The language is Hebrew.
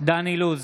דן אילוז,